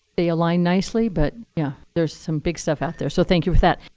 they align nicely, but yeah, there's some big stuff out there. so thank you for that.